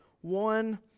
one